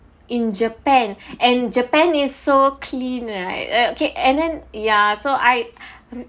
in japan and japan is so clean right okay and then ya so I